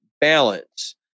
balance